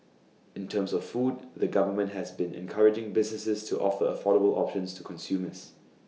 in terms of food the government has been encouraging businesses to offer affordable options to consumers